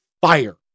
fire